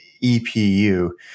EPU